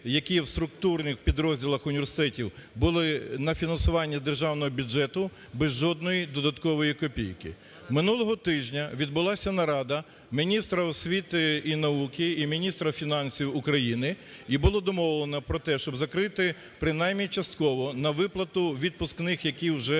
які в структурних підрозділах університетів були на фінансуванні державного бюджету, без жодної додаткової копійки. Минулого тижня відбулася нарада міністра освіти і науки і міністра фінансів України. І було домовлено про те, щоб закрити, принаймні частково, на виплату відпускних, які вже